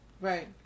right